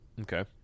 Okay